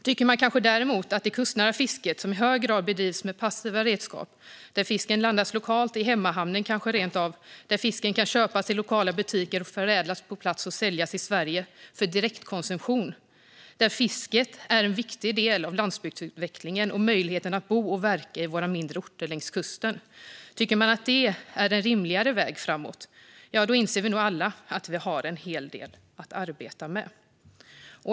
Det kustnära fisket däremot bedrivs i hög grad med passiva redskap, och fisken landas lokalt - kanske rent av i hemmahamnen - och kan köpas i lokala butiker. Den förädlas på plats och säljs i Sverige för direktkonsumtion. Det är ett fiske som är en viktig del av landsbygdsutvecklingen och möjligheten att bo och verka på våra mindre orter längs kusten. Tycker vi att det är en rimligare väg framåt, ja, då inser vi nog alla att vi har en hel del att arbeta med.